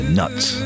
nuts